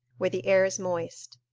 where the air is moist.